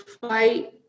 fight